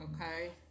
okay